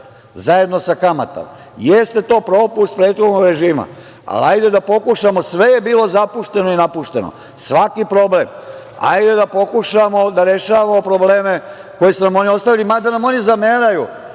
zajedno sa kamatom, jeste propust prethodnog režima, ali hajde da pokušamo. Sve je bilo zapušteno i napušteno, svaki problem. Hajde da pokušamo da rešavamo probleme koje su nam oni ostavili, mada nam oni zameraju